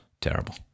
Terrible